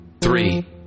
three